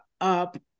up